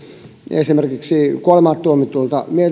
esimerkiksi kuolemaan tuomituilta